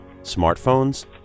smartphones